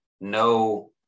no